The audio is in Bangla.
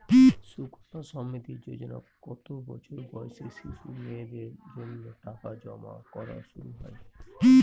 সুকন্যা সমৃদ্ধি যোজনায় কত বছর বয়সী শিশু মেয়েদের জন্য টাকা জমা করা শুরু হয়?